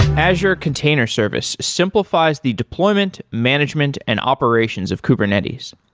azure container service simplifies the deployment, management and operations of kubernetes.